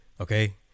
Okay